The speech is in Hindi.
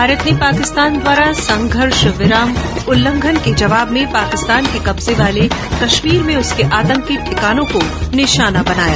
भारत ने पाकिस्तान द्वारा संघर्ष विराम उल्लंघन के जवाब में पाकिस्तान के कब्जे वाले कश्मीर में उसके आतंकी ठिकानों को निशाना बनाया